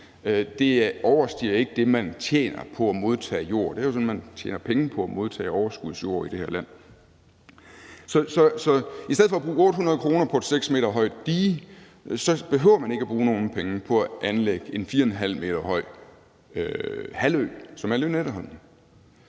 ikke overstiger det, man tjener på at modtage jord. Det er jo sådan, at man tjener penge på at modtage overskudsjord i det her land. Så i stedet for at bruge 800 mio. kr. på et 6 m højt dige, behøver man ikke at bruge nogen af pengene på at anlægge en 4,5 m høj halvø, som er Lynetteholmen.